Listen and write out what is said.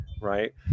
Right